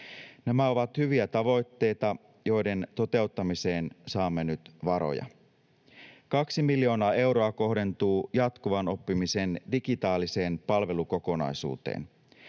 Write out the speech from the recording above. Nämä ovat hyviä tavoitteita, joiden toteuttamiseen saamme nyt varoja. 2 miljoonaa euroa kohdentuu jatkuvan oppimisen digitaaliseen palvelukokonaisuuteen.